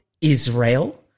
Israel